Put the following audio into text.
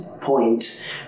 point